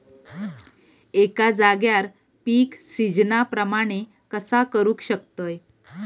एका जाग्यार पीक सिजना प्रमाणे कसा करुक शकतय?